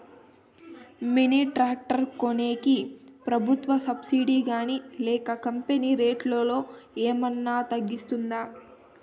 Mini tractor కొనేకి ప్రభుత్వ subsidy గాని లేక కంపెని రేటులో ఏమన్నా తగ్గిస్తుందా?